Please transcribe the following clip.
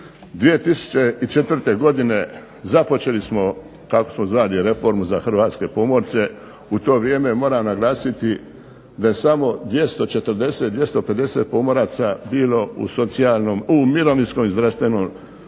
2004. godine započeli smo kako smo zvali reformu za Hrvatske pomorce, u to vrijeme moram naglasiti da je samo 240, 250 pomoraca bilo u mirovinskom i zdravstvenom sustavu